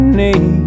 need